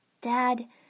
Dad